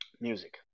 music